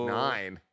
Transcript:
nine